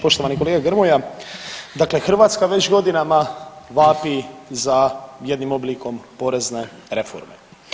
Poštovani kolega Grmoja, dakle Hrvatska već godinama vapi za jednim oblikom porezne reforme.